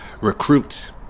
Recruit